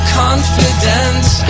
confidence